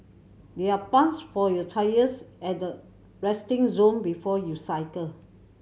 there are pumps for your tyres at the resting zone before you cycle